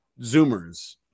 Zoomers